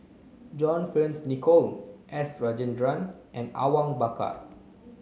John Fearns Nicoll S Rajendran and Awang Bakar